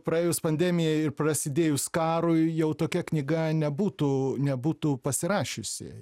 praėjus pandemijai ir prasidėjus karui jau tokia knyga nebūtų nebūtų pasirašiusi